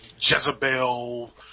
Jezebel